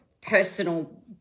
personal